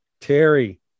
Terry